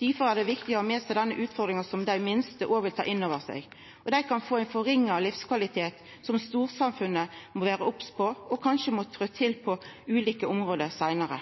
Difor er det viktig å ha med seg denne utfordringa som dei minste òg vil ta inn over seg. Dei kan få ein minska livskvalitet som gjer at storsamfunnet må vera obs og kanskje trø til på ulike område seinare.